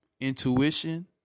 intuition